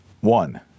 One